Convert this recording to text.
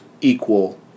equal